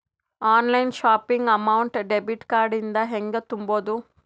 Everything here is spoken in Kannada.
Online shopping amount debit card ಇಂದ ಹೆಂಗ್ ತುಂಬೊದು?